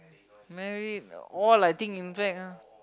married all I think in fact ah